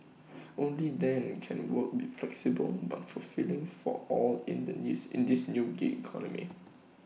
only then can work be flexible but fulfilling for all in the news in this new gig economy